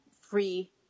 free